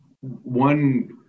one